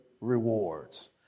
rewards